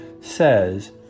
says